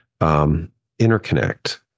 interconnect